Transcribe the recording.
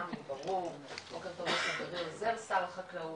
בוקר טוב לחברי עוזר שר החקלאות.